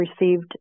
received